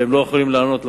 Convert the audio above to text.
והם לא יכולים לענות לכם.